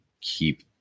keep